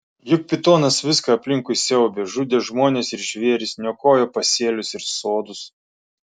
juk pitonas viską aplinkui siaubė žudė žmones ir žvėris niokojo pasėlius ir sodus